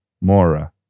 Mora